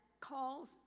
calls